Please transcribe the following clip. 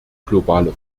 globale